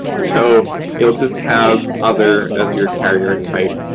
so you'll just have other as your carrier type.